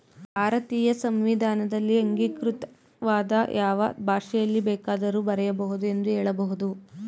ಭಾರತೀಯ ಸಂವಿಧಾನದಲ್ಲಿ ಅಂಗೀಕೃತವಾದ ಯಾವ ಭಾಷೆಯಲ್ಲಿ ಬೇಕಾದ್ರೂ ಬರೆಯ ಬಹುದು ಎಂದು ಹೇಳಬಹುದು